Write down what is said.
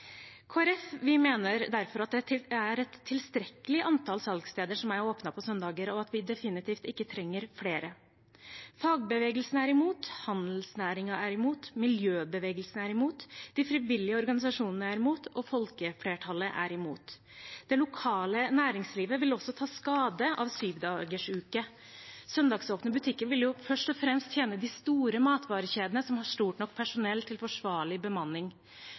mener derfor at det er et tilstrekkelig antall salgssteder som er åpne på søndager, og at vi definitivt ikke trenger flere. Fagbevegelsen er imot, handelsnæringen er imot, miljøbevegelsen er imot, de frivillige organisasjonene er imot, og folkeflertallet er imot. Det lokale næringslivet vil også ta skade av syvdagersuke. Søndagsåpne butikker vil først og fremst tjene de store matvarekjedene, som har stort nok personell til forsvarlig bemanning.